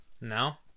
Now